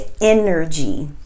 energy